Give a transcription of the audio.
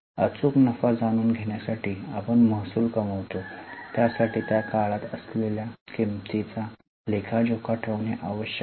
अचूक नफा जाणून घेण्यासाठी आपण महसूल कमवतो त्यासाठी त्या काळात असलेल्या किमतीचा लेखोजोखा ठेवणे आवश्यक आहे